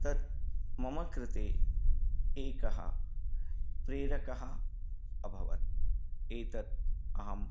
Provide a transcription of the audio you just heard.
तत् मम कृते एकः प्रेरकः अभवत् एतत् अहम्